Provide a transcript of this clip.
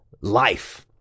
life